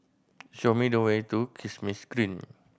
show me the way to Kismis Green